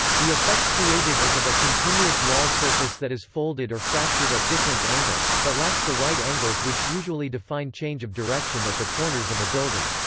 the effect created is of a continuous wall-surface that is folded or fractured at different angles, but lacks the right-angles which usually define change of direction at the corners of a building.